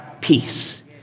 peace